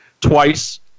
twice